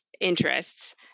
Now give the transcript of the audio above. interests